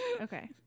Okay